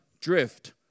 drift